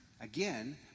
again